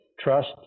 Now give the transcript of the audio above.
trust